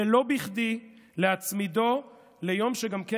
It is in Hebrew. ולא בכדי להצמידו ליום שגם כן,